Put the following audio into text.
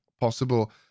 possible